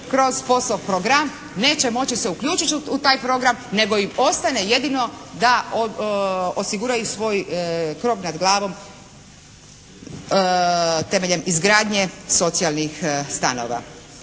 kroz POS-ov program neće moći se uključiti u taj program nego im ostane jedino da osiguraju svoj krov nad glavom temeljem izgradnje socijalnih stanova.